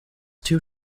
two